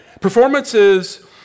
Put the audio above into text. Performances